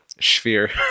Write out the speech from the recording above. sphere